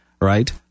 right